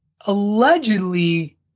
allegedly